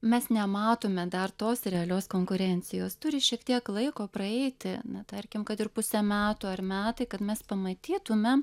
mes nematome dar tos realios konkurencijos turi šiek tiek laiko praeiti na tarkim kad ir pusė metų ar metai kad mes pamatytume